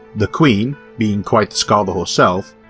the queen, being quite the scholar herself,